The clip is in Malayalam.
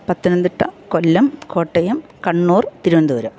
പത്തനംതിട്ട കൊല്ലം കോട്ടയം കണ്ണൂർ തിരുവനന്തപുരം